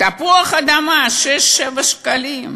תפוח אדמה, 6, 7 שקלים,